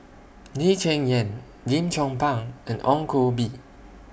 Lee Cheng Yan Lim Chong Pang and Ong Koh Bee